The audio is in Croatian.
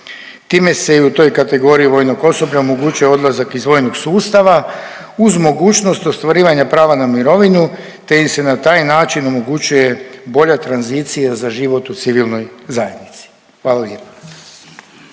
Time se i u toj kategoriji vojnog osoblja omogućuje odlazak iz vojnog sustava uz mogućnost ostvarivanja prava na mirovinu, te im se na taj način omogućuje bolja tranzicija za život u civilnoj zajednici. Hvala